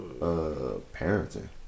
Parenting